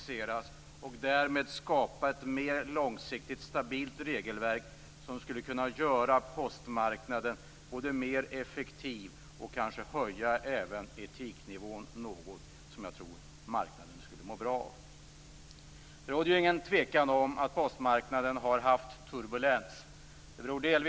Därmed skulle man ha kunnat skapa ett mer långsiktigt och stabilt regelverk som både skulle kunna göra postmarknaden mer effektiv och kanske även höja etiknivån - något som jag tror att marknaden skulle må bra av. Det råder ju ingen tvekan om att det varit turbulens på postmarknaden.